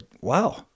wow